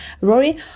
Rory